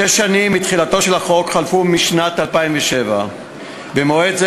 שש שנים מתחילתו של החוק חלפו בשנת 2007. במועד זה